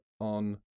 on